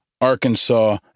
Arkansas